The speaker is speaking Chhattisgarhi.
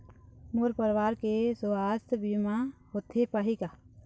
मोर परवार के सुवास्थ बीमा होथे पाही का?